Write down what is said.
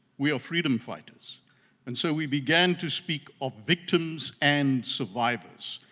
we are freedom fighters and so we began to speak of victims and survivors.